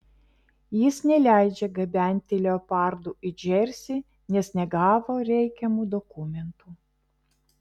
jis neleidžia gabenti leopardų į džersį nes negavo reikiamų dokumentų